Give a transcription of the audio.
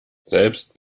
selbst